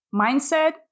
mindset